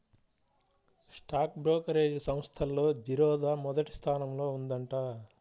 stock brokerage సంస్థల్లో జిరోదా మొదటి స్థానంలో ఉందంట